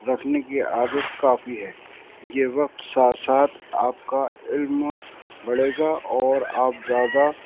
رکھنے کی عادت کافی ہے یہ وقت ساتھ ساتھ آپ کا علم بڑھے گا اور آپ زیادہ